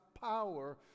power